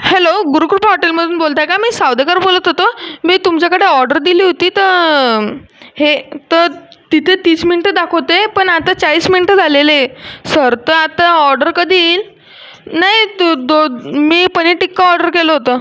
hello Gurukrupa हॉटेलमधून बोलत आहे का मी सावदेकर बोलत होतो मी तुमच्याकडे ऑडर दिली होती तर हे तर तिथे तीस मिनिटं दाखवत आहे पण आता चाळीस मिनिटं झालेली आहेत सर तर आता ऑडर कधी येईल नाही तू दो मी पनीर टिक्का ऑर्डर केलं होतं